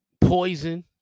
Poison